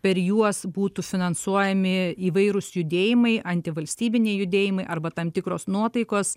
per juos būtų finansuojami įvairūs judėjimai antivalstybiniai judėjimai arba tam tikros nuotaikos